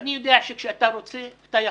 ואני יודע שכשאתה רוצה אתה יכול.